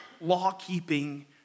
law-keeping